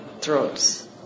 throats